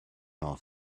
off